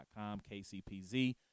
KCPZ